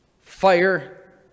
fire